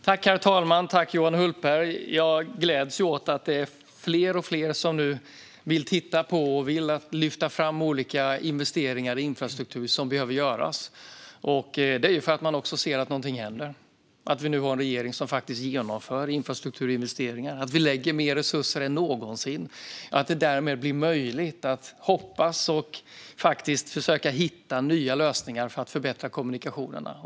Herr talman! Tack, Johan Hultberg! Jag gläds åt att det är fler och fler som nu vill titta på och lyfta fram olika investeringar i infrastruktur som behöver göras. Det är ju för att man också ser att någonting händer: Nu har vi en regering som faktiskt genomför infrastrukturinvesteringar. Vi lägger mer resurser än någonsin, och därmed blir det möjligt att hoppas och faktiskt försöka hitta nya lösningar för att förbättra kommunikationerna.